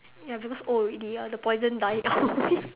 ya because old already ya the poison die out